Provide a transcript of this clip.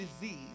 disease